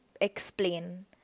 explain